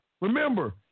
remember